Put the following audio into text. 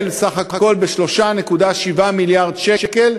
מקרן הפיצויים בסך הכול ב-3.7 מיליארד שקל,